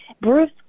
Bruce